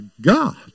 God